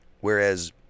whereas